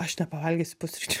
aš nepavalgysiu pusryčių